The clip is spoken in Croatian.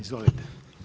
Izvolite.